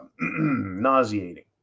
nauseating